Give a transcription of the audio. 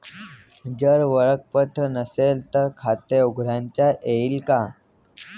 जर ओळखपत्र नसेल तर खाते उघडता येईल का?